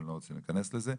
אני לא רוצה להיכנס לזה.